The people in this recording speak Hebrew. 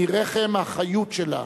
מרחם החיות שלה.